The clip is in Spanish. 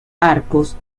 arcos